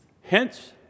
Hence